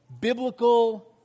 biblical